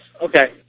Okay